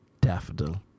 daffodil